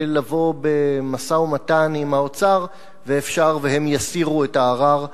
לבוא במשא ומתן עם האוצר ואפשר שהם יסירו את הערר.